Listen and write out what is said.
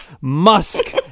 musk